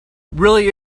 really